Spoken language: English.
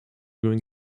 going